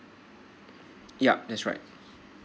yup that's right